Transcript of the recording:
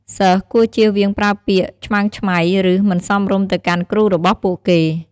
សិស្សគួរចៀសវាងប្រើពាក្យឆ្មើងឆ្មៃ ឬ មិនសមរម្យទៅកាន់គ្រូរបស់ពួកគេ។